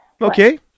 Okay